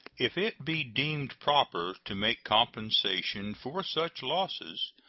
if it be deemed proper to make compensation for such losses,